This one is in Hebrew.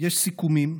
יש סיכומים,